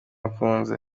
ukunze